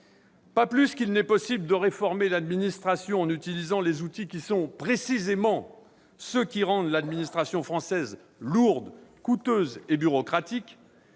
Pas plus qu'il n'est possible de réformer l'administration en utilisant les outils qui, précisément, rendent l'administration française lourde, coûteuse et bureaucratique,